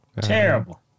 Terrible